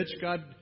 God